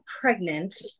pregnant